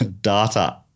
Data